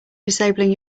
disabling